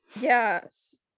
Yes